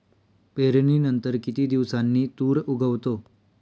पेरणीनंतर किती दिवसांनी तूर उगवतो?